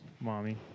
Mommy